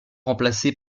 remplacée